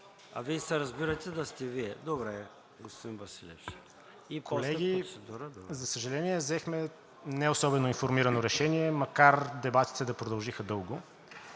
А, Вие се разбирате да сте Вие? Добре, господин Василев. БОЖИДАР БОЖАНОВ (ДБ): Колеги, за съжаление, взехме неособено информирано решение, макар дебатите да продължиха дълго.